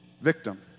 Victim